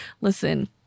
listen